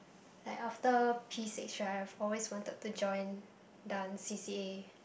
like after P six right I've always wanted to join dance c_c_a